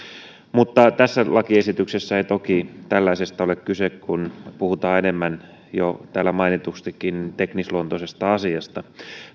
mutta tässä lakiesityksessä ei toki tällaisesta ole kyse kun puhutaan enemmän jo täällä mainitustakin teknisluontoisesta asiasta